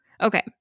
Okay